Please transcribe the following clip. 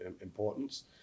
importance